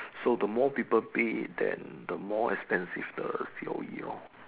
so the more people bid than the more expensive the C_O_E lor